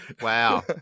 Wow